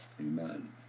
Amen